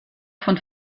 von